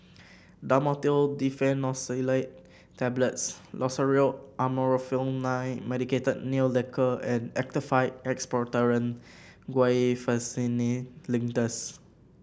Dhamotil Diphenoxylate Tablets Loceryl Amorolfine Medicated Nail Lacquer and Actified Expectorant Guaiphenesin Linctus